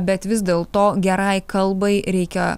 bet vis dėl to gerai kalbai reikia